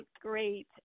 great